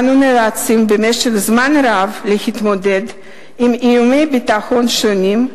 אנו נאלצים במשך זמן רב להתמודד עם איומי ביטחון שונים,